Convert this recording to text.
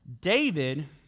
David